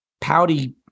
pouty